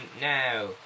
now